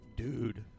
dude